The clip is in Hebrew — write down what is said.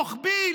זה רוחבי,